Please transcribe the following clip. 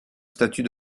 statut